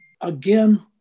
again